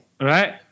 Right